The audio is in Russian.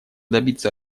добиться